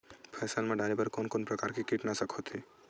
फसल मा डारेबर कोन कौन प्रकार के कीटनाशक होथे?